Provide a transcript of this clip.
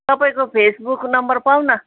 तपाईँको Facebook number पाउँ न